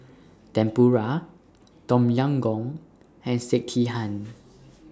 Tempura Tom Yam Goong and Sekihan